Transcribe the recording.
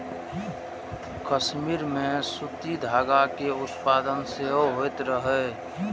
कश्मीर मे सूती धागा के उत्पादन सेहो होइत रहै